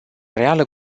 reală